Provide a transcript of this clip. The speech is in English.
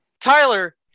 Tyler